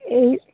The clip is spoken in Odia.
ଏଇ